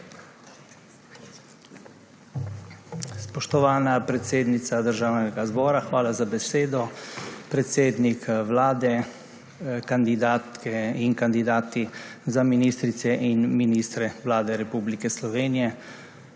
Spoštovana predsednica Državnega zbora, hvala za besedo. Predsednik Vlade, kandidatke in kandidati za ministrice in ministre Vlade Republike Slovenije,